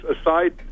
aside